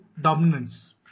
dominance